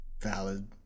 Valid